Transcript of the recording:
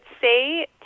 say